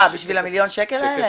מה, בשביל המיליון שקל האלה?